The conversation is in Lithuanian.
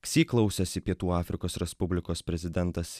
ksi klausėsi pietų afrikos respublikos prezidentas